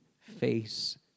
face